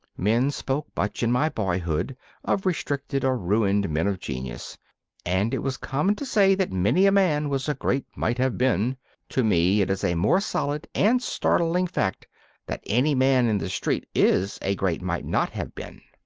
men spoke much in my boyhood of restricted or ruined men of genius and it was common to say that many a man was a great might-have-been. to me it is a more solid and startling fact that any man in the street is a great might-not-have-been.